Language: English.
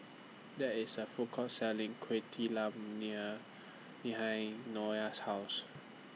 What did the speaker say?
There IS A Food Court Selling Kueh behind Nola's House